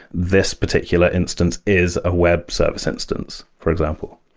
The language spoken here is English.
this particular instance is a web service instance, for example.